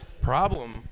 problem